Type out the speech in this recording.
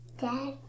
Dad